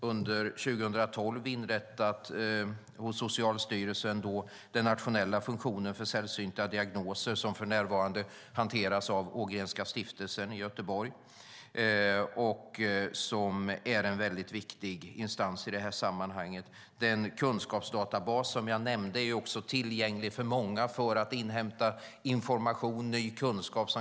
Under 2012 inrättade vi på Socialstyrelsen den nationella funktionen för sällsynta diagnoser, som för närvarande hanteras av Ågrenska stiftelsen i Göteborg. Den är en viktig instans i sammanhanget. Den kunskapsdatabas som jag nämnde är också tillgänglig för många för att inhämta information och ny kunskap.